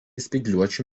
spygliuočių